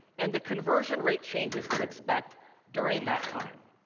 and the conversion rate changes to expect during that time